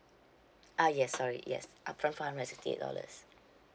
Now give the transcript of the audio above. ah yes sorry yes upfront four hundred and sixty eight dollars